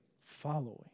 following